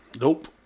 nope